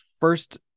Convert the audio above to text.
first